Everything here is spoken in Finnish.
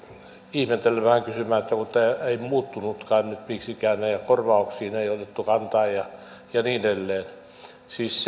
ihmettelemään ja kysymään että kun tämä ei muuttunutkaan nyt miksikään eikä korvauksiin ole otettu kantaa ja niin edelleen siis